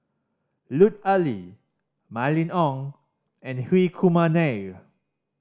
Lut Ali Mylene Ong and Hri Kumar Nair